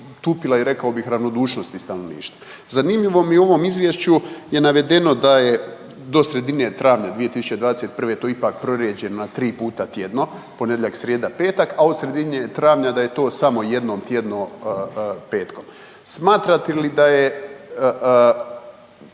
tupila i rekao bih ravnodušnosti stanovništva. Zanimljivo mi je u ovom izvješću je navedeno da je do sredine travnja 2021., to je ipak prorijeđeno na 3 puta tjedno, ponedjeljak, srijeda, petak, a od sredine travnja da je to samo jednom tjedno petkom. Smatrate li da je